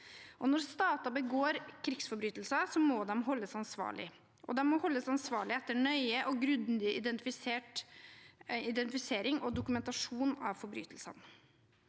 Når stater begår krigsforbrytelser, må de holdes ansvarlig, og de må holdes ansvarlig etter nøye og grundig identifisering og dokumentasjon av forbrytelsene.